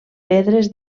pedres